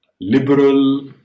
liberal